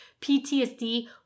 PTSD